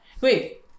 Wait